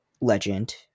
legend